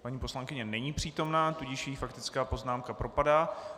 Paní poslankyně není přítomna, tudíž jí faktická poznámka propadá.